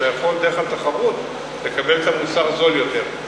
אתה יכול דרך התחרות לקבל את המוצר זול יותר.